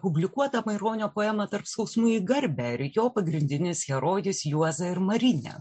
publikuotą maironio poemą tarp skausmų į garbę ir jo pagrindinis herojus juozas ir marinė